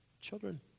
children